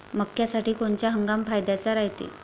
मक्क्यासाठी कोनचा हंगाम फायद्याचा रायते?